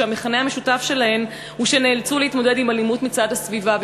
והמכנה המשותף שלהן הוא שהן נאלצו להתמודד עם אלימות מצד הסביבה.